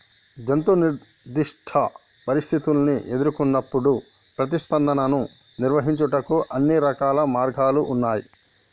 జంతువు నిర్దిష్ట పరిస్థితుల్ని ఎదురుకొన్నప్పుడు ప్రతిస్పందనను నిర్వహించుటకు అన్ని రకాల మార్గాలు ఉన్నాయి